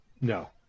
No